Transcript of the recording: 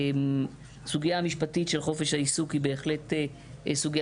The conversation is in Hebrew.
הסוגיה המשפטית של חופש העיסוק היא בהחלט סוגיה